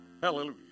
Hallelujah